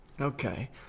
Okay